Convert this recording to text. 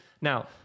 Now